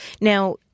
Now